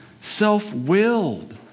self-willed